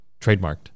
trademarked